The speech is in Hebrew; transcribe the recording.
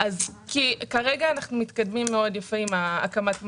כרגע אנחנו מתקדמים יפה מאוד עם הקמת המנגנון.